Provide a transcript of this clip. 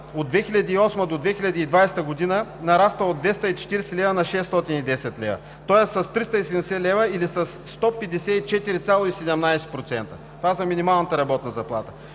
от 2008 г. до 2020 г. нараства от 240 лв. на 610 лв., тоест с 370 лв., или с 154,17%. Това е за минималната работна заплата.